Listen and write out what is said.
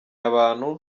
abantu